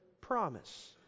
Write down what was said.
promise